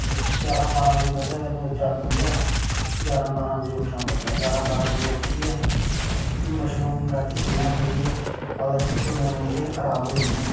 ञारां बारां बज्जे मतलब दौ चार बंदे होन ञारां बारां बजे उट्ठना पौंदा ऐ ञारां बारां बजे उट्ठियै प्ही मशरूम रातीं चुनना पौंदी ऐ अगर इसी चुनो नेईं ते एह् खराब होई जंदी ऐ